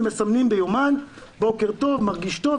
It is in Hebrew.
ומסמנים ביומן אם מרגיש טוב,